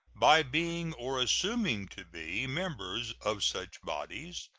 by being or assuming to be members of such bodies,